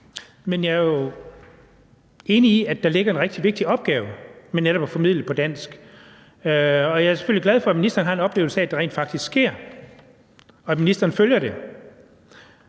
Men jeg er jo enig i, at der ligger en rigtig vigtig opgave med netop at formidle på dansk, og jeg er selvfølgelig glad for, at ministeren har en oplevelse af, at det rent faktisk sker, og at ministeren følger det.